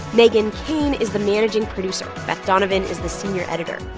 meghan keane is the managing producer. beth donovan is the senior editor.